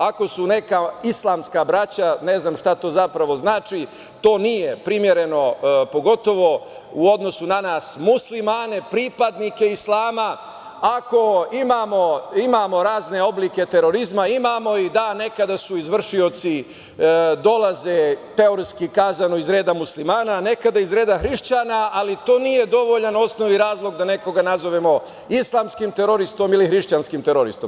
Ako su neka islamska braća, ne znam šta to zapravo znači, to nije primereno pogotovo u odnosu na nas muslimane, pripadnike islama ako imamo razne oblike terorizma, imamo i, da, nekada su izvršioci, dolaze, teretski kazano, iz reda muslimana, nekada iz reda hrišćana, ali to nije dovoljan osnov i razlog da nekoga nazovemo islamskim teroristom ili hrišćanskim teroristom.